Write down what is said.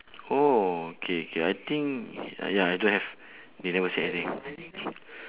oh okay K I think ah ya I don't have they never say anything